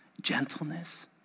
gentleness